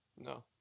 No